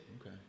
okay